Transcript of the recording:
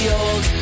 old